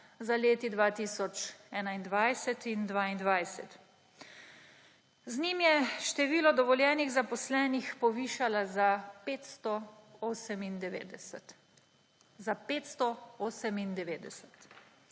za leti 2021 in 2022. Z njim je število dovoljenih zaposlenih povišala za 598. Za 598!